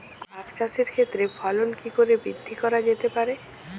আক চাষের ক্ষেত্রে ফলন কি করে বৃদ্ধি করা যেতে পারে?